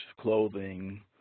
clothing